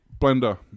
blender